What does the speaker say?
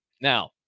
Now